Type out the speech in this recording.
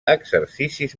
exercicis